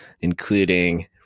including